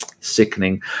sickening